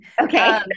Okay